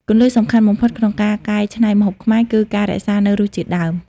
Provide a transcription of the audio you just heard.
គន្លឹះសំខាន់បំផុតក្នុងការកែច្នៃម្ហូបខ្មែរ គឺ ការរក្សានូវរសជាតិដើម។